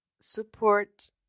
support